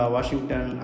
Washington